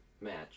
match